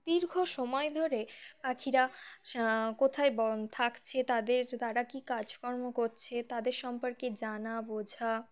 দীর্ঘ সময় ধরে পাখিরা কোথায় থাকছে তাদের তারা কী কাজকর্ম করছে তাদের সম্পর্কে জানা বোঝা